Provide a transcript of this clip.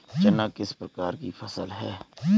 चना किस प्रकार की फसल है?